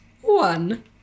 one